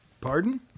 Pardon